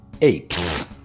apes